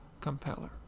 Compeller